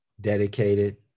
dedicated